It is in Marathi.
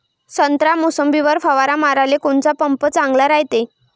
संत्रा, मोसंबीवर फवारा माराले कोनचा पंप चांगला रायते?